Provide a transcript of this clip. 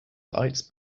lights